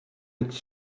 its